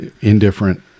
indifferent